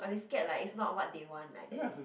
or they scared like is not what they want like that